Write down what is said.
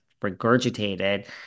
regurgitated